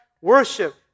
worship